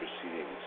proceedings